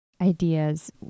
ideas